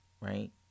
Right